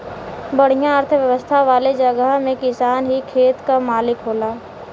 बढ़िया अर्थव्यवस्था वाले जगह में किसान ही खेत क मालिक होला